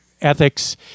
ethics